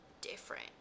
different